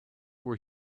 where